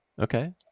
Okay